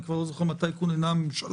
אני כבר לא זוכר מתי כוננה הממשלה.